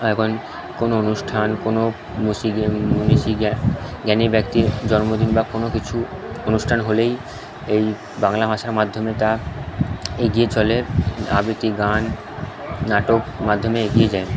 এখন কোনো অনুষ্ঠান কোনো জ্ঞানী ব্যক্তির জন্মদিন বা কোনো কিছু অনুষ্ঠান হলেই এই বাংলা ভাষার মাধ্যমে তা এগিয়ে চলে আবৃত্তি গান নাটক মাধ্যমে এগিয়ে যায়